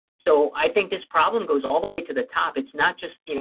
so i think this problem goes all the way to the top. it's not just you know